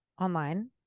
online